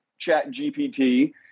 ChatGPT